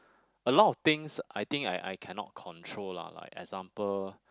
a lot of things I think I I cannot control lah like example